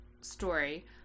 story